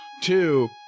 Two